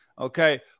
Okay